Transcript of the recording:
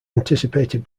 anticipated